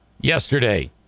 yesterday